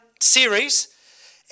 series